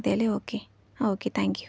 അതേല്ലെ ഓക്കെ ആ okay thank you